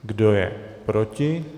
Kdo je proti?